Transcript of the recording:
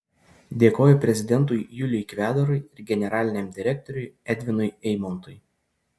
dėkoju prezidentui juliui kvedarui ir generaliniam direktoriui edvinui eimontui